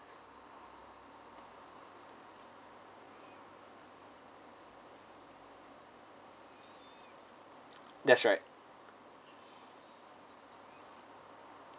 that's right